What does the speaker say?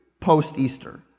post-Easter